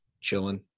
chilling